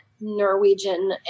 Norwegian